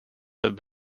have